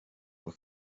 were